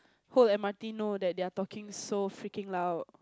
hope the M_R_T know that they are talking so freaking loud